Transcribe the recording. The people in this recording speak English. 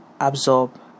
absorb